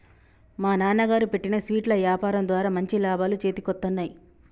మా నాన్నగారు పెట్టిన స్వీట్ల యాపారం ద్వారా మంచి లాభాలు చేతికొత్తన్నయ్